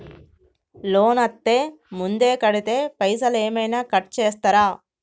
Loan అత్తే ముందే కడితే పైసలు ఏమైనా కట్ చేస్తరా?